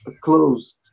closed